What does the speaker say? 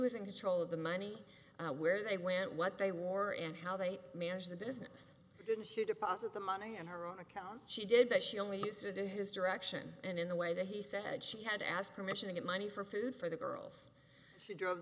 was in control of the money where they went what they wore and how they manage the business didn't shoot deposit the money on her own account she did but she only uses it in his direction and in the way that he said she had to ask permission to get money for food for the girls she drove